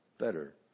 better